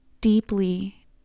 deeply